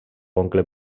oncle